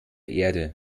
erde